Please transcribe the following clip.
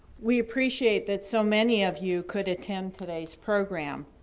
we appreciate that so many of you could attend today's program.